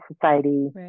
society